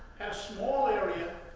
small area,